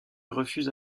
refuse